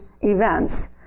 events